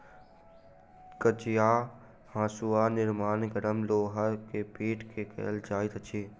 कचिया हाँसूक निर्माण गरम लोहा के पीट क कयल जाइत अछि